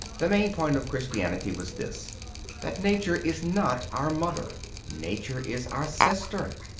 the main point of christianity was this that nature is not our mother nature is our sister.